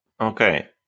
Okay